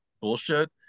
bullshit